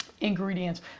ingredients